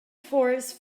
forest